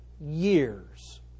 years